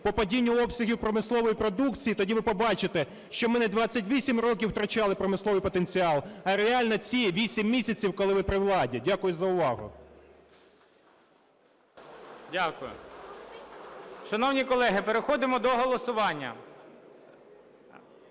по падінню обсягів промислової продукції, тоді ви побачите, що ми не 28 років втрачали промисловий потенціал, а реально ці 8 місяців, коли ви при владі. Дякую за увагу. ГОЛОВУЮЧИЙ. Дякую. Шановні колеги, переходимо до голосування.